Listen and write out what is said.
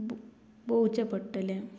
पो पोवोचें पडटलें